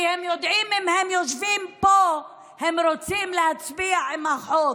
כי הם יודעים שאם הם יושבים פה הם רוצים להצביע עם החוק.